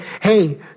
hey